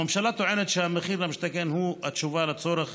הממשלה טוענת שמחיר למשתכן היא התשובה לצורך